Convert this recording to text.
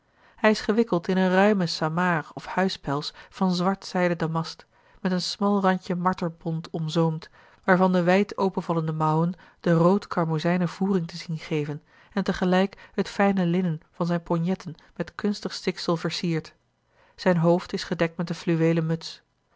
hij is gewikkeld in een ruimen samaar of huispels van zwart zijden damast met een smal randje marterbont omzoomd waarvan de wijd openvallende mouwen de rood karmozijnen voering te zien geven en tegelijk het fijne linnen van zijne ponjetten met kunstig stiksel versierd zijn hoofd is gedekt met een fluweelen muts